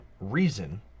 reason